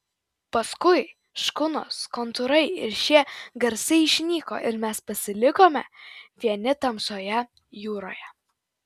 paskui škunos kontūrai ir šie garsai išnyko ir mes pasilikome vieni tamsioje jūroje